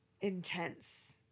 intense